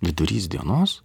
vidurys dienos